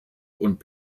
und